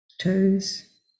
toes